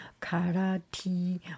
Karate